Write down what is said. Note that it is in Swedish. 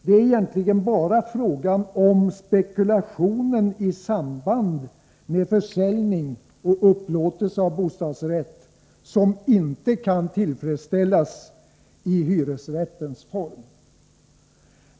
Det är egentligen bara spekulationen i samband med försäljning och upplåtelse av bostadsrätt som inte kan tillfredsställas i hyresrättens form.